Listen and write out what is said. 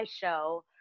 show